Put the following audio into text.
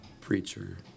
preacher